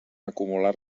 acumular